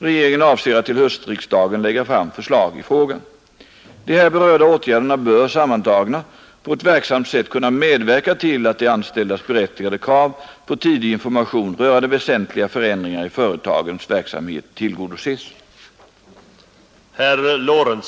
Regeringen avser att till höstriksdagen lägga fram förslag i frågan. De här berörda åtgärderna bör, sammantagna, på ett verksamt sätt kunna medverka till att de anställdas berättigade krav på tidig information rörande väsentliga förändringar i företagens verksamhet tillgodoses.